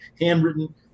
handwritten